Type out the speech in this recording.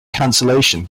cancellation